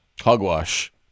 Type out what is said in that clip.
Hogwash